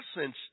essence